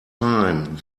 time